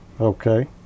Okay